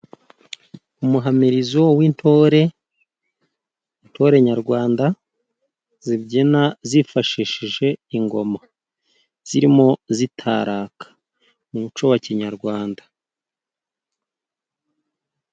Umuhamirizo w'intore. Intore nyarwanda zibyina zifashishije ingoma zirimo zitaraka, umuco wa kinyarwanda.